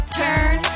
turn